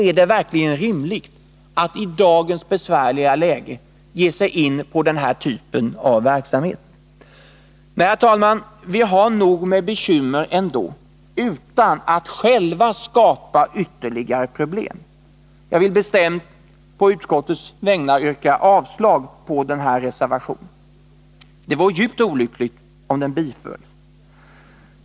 Är det verkligen rimligt att i dagens besvärliga läge ge sig in på denna typ av verksamhet? Nej. vi har nog med bekymmer ändå utan att skapa ytterligare problem. Jag vill på utskottets vägnar yrka avslag på reservationen. Det vore djupt olyckligt om den bifölls.